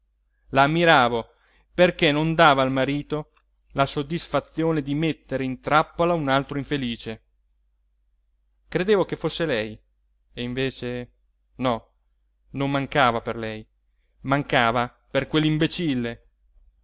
la ammiravo perché non dava al marito la soddisfazione di mettere in trappola un altro infelice credevo che fosse lei e invece no non mancava per lei mancava per